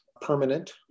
permanent